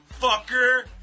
fucker